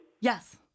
yes